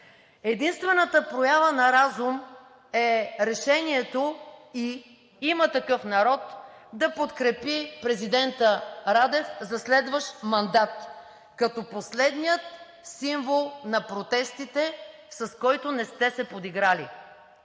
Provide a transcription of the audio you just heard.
Единствената проява на разум е решението и „Има такъв народ“ да подкрепи президента Радев за следващ мандат, като последния символ на протестите, с който не сте се подиграли.